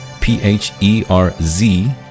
P-H-E-R-Z